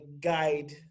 guide